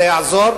זה יעזור.